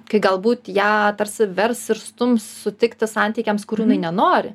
kai galbūt ją tarsi vers ir stums sutikti santykiams kurių jinai nenori